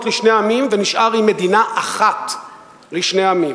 לשני עמים ונשאר עם מדינה אחת לשני עמים,